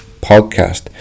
Podcast